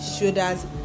shoulders